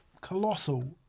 colossal